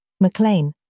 McLean